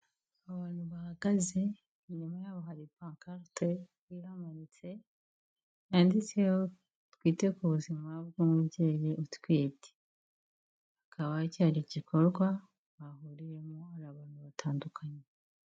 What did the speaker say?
Abantu bahagaze, inyuma yabo hari pakarite yanditseho twite ku buzima bw'umubyeyi utwite kikaba cyari igikorwa bahuriyemo hari abantu batandukanye.